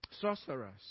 sorcerers